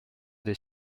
des